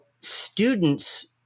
students